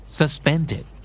suspended